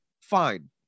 fine